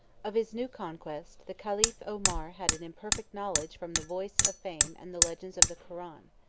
of his new conquest, the caliph omar had an imperfect knowledge from the voice of fame and the legends of the koran.